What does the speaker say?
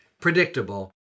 predictable